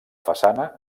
façana